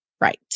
right